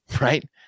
right